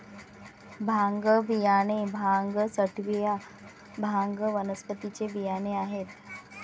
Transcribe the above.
भांग बियाणे भांग सॅटिवा, भांग वनस्पतीचे बियाणे आहेत